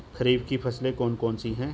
खरीफ की फसलें कौन कौन सी हैं?